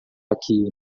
aqui